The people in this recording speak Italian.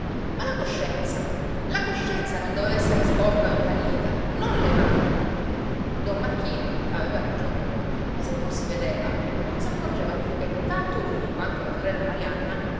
ma la coscienza la coscienza non doveva essere sporca o incallita non le mani don marchino aveva ragione ma se pur si vedeva non s'accorgeva piú che tanto lui quanto la sorella marianna